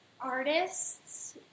artists